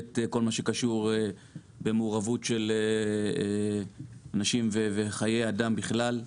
שיהיה צמצום של כל מה קשור במעורבות של אנשים וחיי אדם בכלל.